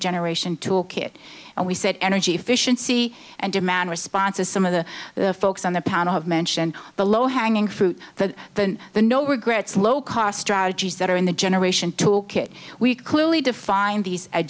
generation tool kit and we said energy efficiency and demand response is some of the folks on the panel have mentioned the low hanging fruit the than the no regrets low cost strategies that are in the generation tool kit we clearly defined these